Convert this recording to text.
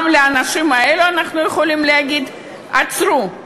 גם לאנשים האלה אנחנו יכולים להגיד: עצרו,